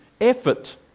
effort